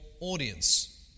audience